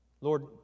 Lord